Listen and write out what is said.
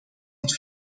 het